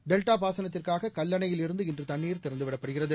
delta பாசனத்திற்காக கல்லணையிலிருந்து இன்று தண்ணீர் திறந்துவிடப்படுகிறது